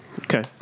Okay